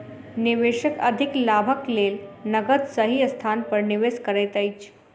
निवेशक अधिक लाभक लेल नकद सही स्थान पर निवेश करैत अछि